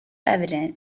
evident